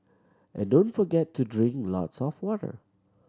and don't forget to drink lots of water